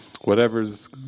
whatever's